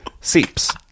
Seeps